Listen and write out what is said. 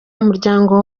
umuryango